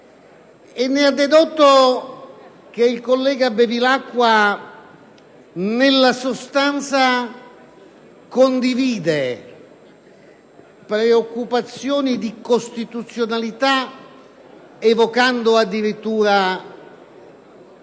e ne ha dedotto che egli nella sostanza condivide le preoccupazioni di costituzionalità, evocando addirittura